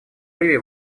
ливии